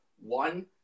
one